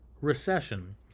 recession